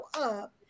up